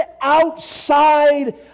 outside